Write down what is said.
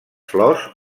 flors